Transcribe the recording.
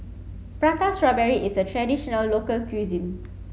Prata strawberry is a traditional local cuisine